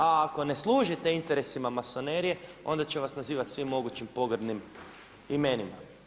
A ako ne služite interesima masonerije onda će vas nazivati svim mogućim pogrdnim imenima.